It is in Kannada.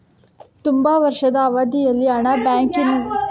ತುಂಬಾ ವರ್ಷದ ಅವಧಿಯಲ್ಲಿ ಹಣ ಬ್ಯಾಂಕಿನಲ್ಲಿ ಇಡುವುದರಿಂದ ರೈತನಿಗೆ ಎಂತ ಅನುಕೂಲ ಆಗ್ತದೆ?